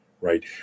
right